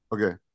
Okay